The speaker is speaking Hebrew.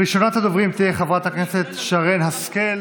ראשונת הדוברים תהיה חברת הכנסת שרן השכל,